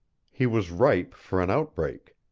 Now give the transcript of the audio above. he was ripe for an outbreak.